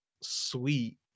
Sweet